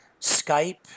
Skype